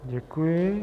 Děkuji.